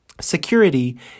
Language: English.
Security